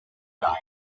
time